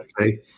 Okay